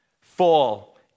fall